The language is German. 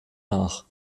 nach